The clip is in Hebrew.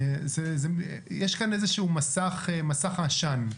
יש כאן איזשהו מסך עשן.